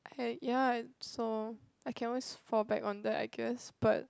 hey ya so I can always fall back on that I guess but